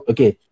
Okay